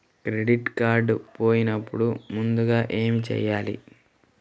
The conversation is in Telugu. క్రెడిట్ కార్డ్ పోయినపుడు ముందుగా ఏమి చేయాలి?